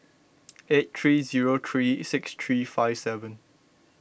eight three zero three six three five seven